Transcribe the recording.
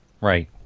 Right